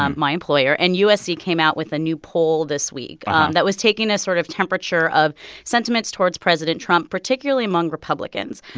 um my employer, and usc came out with a new poll this week um that was taking a sort of temperature of sentiments towards president trump, particularly among republicans.